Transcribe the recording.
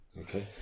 Okay